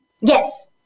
Yes